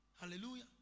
hallelujah